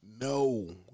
no